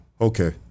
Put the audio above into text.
Okay